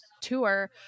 tour